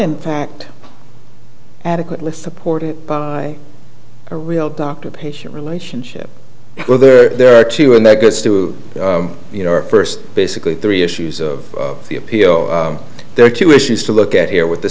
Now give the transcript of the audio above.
fact adequately supported by a real doctor patient relationship where there are two and that goes to you know our first basically three issues of the appeal there are two issues to look at here with the